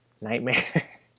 nightmare